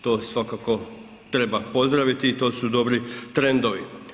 To svakako treba pozdraviti i to su dobri trendovi.